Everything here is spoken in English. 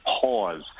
pause